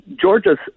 Georgia's